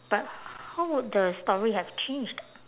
but how would the story have changed